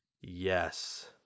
yes